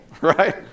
right